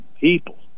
people